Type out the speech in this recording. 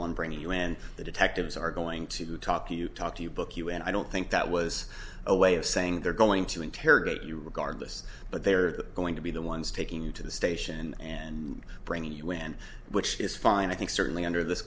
one bringing you and the detectives are going to talk to you talk to you book you and i don't think that was a way of saying they're going to interrogate you regardless but they are going to be the ones taking you to the station and bringing you in which is fine i think certainly under this